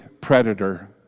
predator